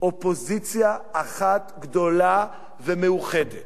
אופוזיציה אחת גדולה ומאוחדת,